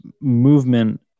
movement